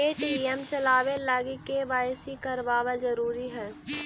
Paytm चलाबे लागी KYC करबाबल जरूरी हई